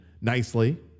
nicely